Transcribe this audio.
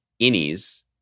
innies